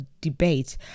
debate